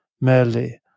merely